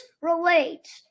relates